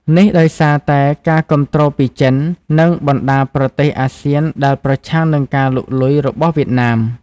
នេះដោយសារតែការគាំទ្រពីចិន និងបណ្ដាប្រទេសអាស៊ានដែលប្រឆាំងនឹងការលុកលុយរបស់វៀតណាម។